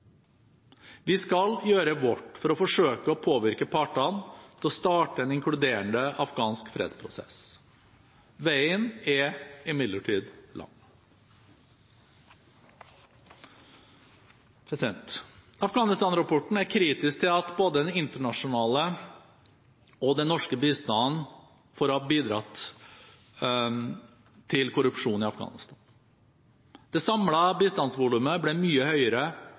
Vi skal gjøre vårt for å forsøke å påvirke partene til å starte en inkluderende afghansk fredsprosess. Veien er imidlertid lang. Afghanistan-rapporten er kritisk til både den internasjonale og den norske bistanden for å ha bidratt til korrupsjonen i Afghanistan. Det samlede bistandsvolumet ble mye høyere